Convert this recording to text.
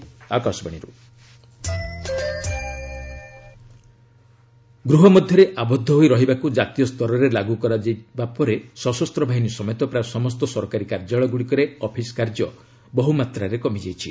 lockdown effects ଗୃହ ମଧ୍ୟରେ ଆବଦ୍ଧ ହୋଇ ରହିବାକୁ ଜାତୀୟ ସ୍ତରରେ ଲାଗୁ କରାଯିବା ପରେ ସଶସ୍ତ ବାହିନୀ ସମେତ ପ୍ରାୟ ସମସ୍ତ ସରକାରୀ କାର୍ଯ୍ୟାଳୟଗୁଡ଼ିକରେ ଅଫିସ କାର୍ଯ୍ୟ ବହୁମାତ୍ରାରେ କମି ଯାଇଛି